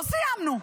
לא סיימנו.